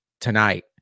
tonight